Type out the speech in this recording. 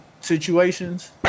situations